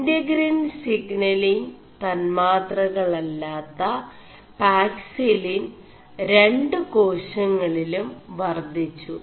ഇെ4ഗിൻ സിPലിങ് തøാ4തകൾ അ ാø പാക ിലിൻ രു േകാശÆളിലും വർWിgg